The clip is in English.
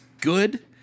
good